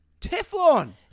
Teflon